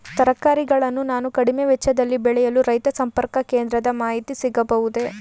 ತರಕಾರಿಗಳನ್ನು ನಾನು ಕಡಿಮೆ ವೆಚ್ಚದಲ್ಲಿ ಬೆಳೆಯಲು ರೈತ ಸಂಪರ್ಕ ಕೇಂದ್ರದ ಮಾಹಿತಿ ಸಿಗಬಹುದೇ?